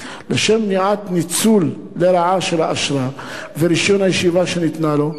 לשם מניעת ניצול לרעה של האשרה ורשיון הישיבה שניתנו לו.